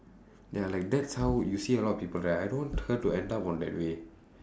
ya like that's how you see a lot of people right I don't want her to end up on that way